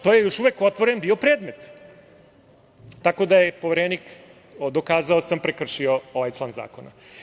To je još uvek bio otvoren predmet, tako da je Poverenik, dokazao sam, prekršio ovaj član zakona.